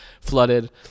flooded